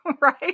Right